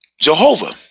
Jehovah